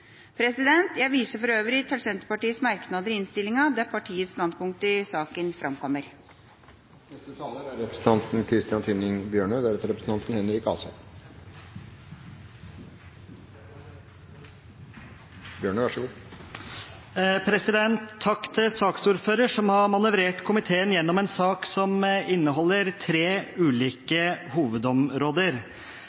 virksomhet. Jeg viser for øvrig til Senterpartiets merknader i innstillinga, der partiets standpunkter i saken framkommer. Takk til saksordføreren, som har manøvrert komiteen gjennom en sak som inneholder tre ulike hovedområder.